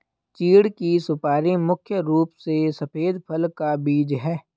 चीढ़ की सुपारी मुख्य रूप से सफेद फल का बीज है